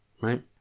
right